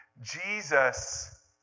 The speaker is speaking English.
Jesus